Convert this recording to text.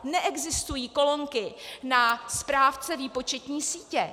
Neexistují kolonky na správce výpočetní sítě.